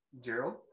Gerald